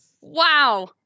Wow